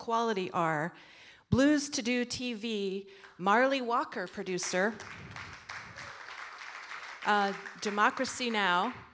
quality are blues to do t v marley walker producer democracy now